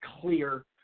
clear